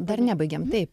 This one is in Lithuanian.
dar nebaigėm taip